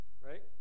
Right